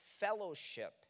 fellowship